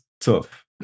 tough